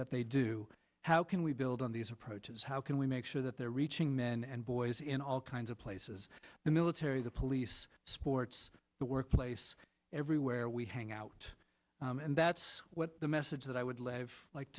that they do how can we build on these approaches how can we make sure that they're reaching men and boys in all kinds of places the military the police sports the workplace everywhere we hang out and that's what the message that i would